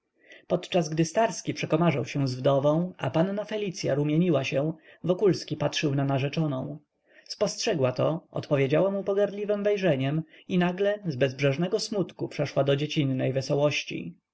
podczas gdy starski przekomarzał się z wdową a panna felicya rumieniła się wokulski patrzył na narzeczoną spostrzegła to odpowiedziała mu pogardliwem wejrzeniem i nagle z bezbrzeżnego smutku przeszła do dziecinnej wesołości